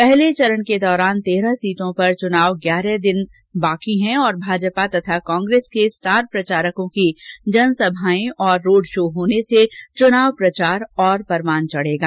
पहले चरण के दौरान तेरह सीटों पर चुनाव में ग्यारह दिन शेष है और भाजपा और कांग्रेस के स्टार प्रचारकों की जनसभाएं और रोड शो होने से चुनाव प्रचार और परवान चढेगा